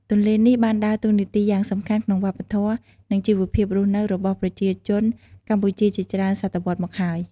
ទន្លេនេះបានដើរតួនាទីយ៉ាងសំខាន់ក្នុងវប្បធម៌ និងជីវភាពរស់នៅរបស់ប្រជាជនកម្ពុជាជាច្រើនសតវត្សមកហើយ។